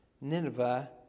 Nineveh